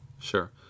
Sure